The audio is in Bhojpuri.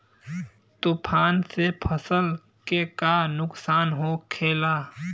तूफान से फसल के का नुकसान हो खेला?